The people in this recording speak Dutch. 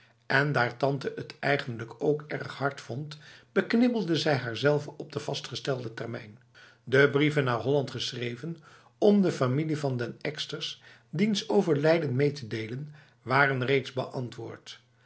en daar tante het eigenlijk ook erg hard vond beknibbelde zij haarzelve op de vastgestelde termijn de brieven naar holland geschreven om de familie van den ekster diens overlijden mee te delen waren reeds beantwoord